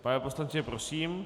Pane poslanče, prosím.